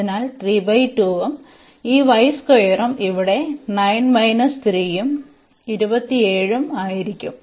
അതിനാൽ ഉം ഈ ഉം ഇവിടെ 9 3 ഉം 27 ഉം ആയിരിക്കും